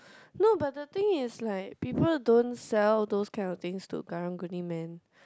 no but the thing is like people don't sell those kind of things to karang guni man